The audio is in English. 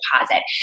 deposit